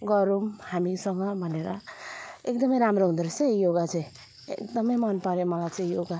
गरौँ हामीसँग भनेर एकदमै राम्रो हुँदो रहेछ योगा चाहिँ एकदमै मन पर्यो मलाई चाहिँ योगा